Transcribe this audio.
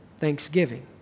thanksgiving